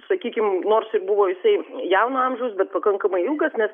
sakykim nors ir buvo jisai jauno amžiaus bet pakankamai ilgas nes